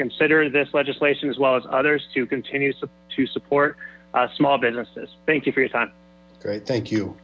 consider this legislation as well as others to continue to support small businesses thank you for your time thank you